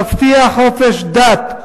תבטיח חופש דת,